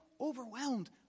overwhelmed